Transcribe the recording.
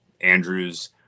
Andrews